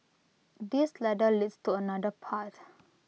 this ladder leads to another path